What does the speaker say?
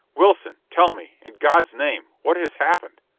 wilson, tell me in god's name what has happened?